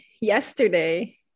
yesterday